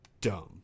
dumb